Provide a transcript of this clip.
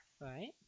Right